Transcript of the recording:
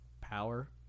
power